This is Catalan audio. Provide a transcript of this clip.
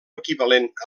equivalent